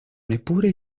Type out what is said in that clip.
neppure